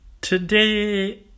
Today